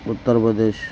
Uttar Pradesh